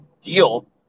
deal